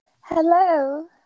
Hello